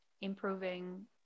improving